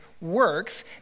works